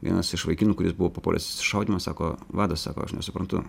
vienas iš vaikinų kuris buvo papuolęs į susišaudymą sako vadas sako aš nesuprantu